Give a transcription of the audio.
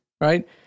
Right